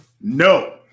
No